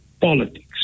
politics